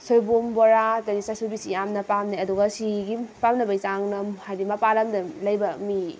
ꯁꯣꯏꯕꯨꯝ ꯕꯣꯔꯥ ꯑꯗꯩ ꯆꯥꯁꯨꯕꯤꯁꯤ ꯌꯥꯝꯅ ꯄꯥꯝꯅꯩ ꯑꯗꯨꯒ ꯁꯤꯒꯤ ꯄꯥꯝꯅꯕꯩ ꯆꯥꯡꯅ ꯑꯃꯨꯛ ꯍꯥꯏꯗꯤ ꯃꯄꯥꯟ ꯂꯝꯗ ꯂꯩꯕ ꯃꯤ